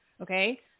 Okay